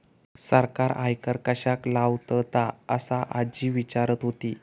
सरकार आयकर कश्याक लावतता? असा आजी विचारत होती